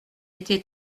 été